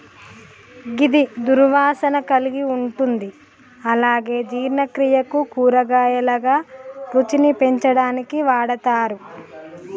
గిది దుర్వాసన కలిగి ఉంటుంది అలాగే జీర్ణక్రియకు, కూరగాయలుగా, రుచిని పెంచడానికి వాడతరు